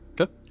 Okay